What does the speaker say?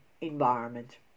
environment